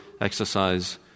exercise